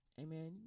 Amen